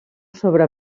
sobre